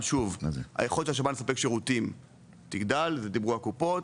היכולת של השב"ן לספק שירותים תגדל ודיברו על קופות,